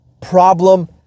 problem